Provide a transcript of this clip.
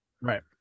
Right